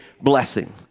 blessing